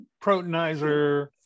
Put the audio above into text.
protonizer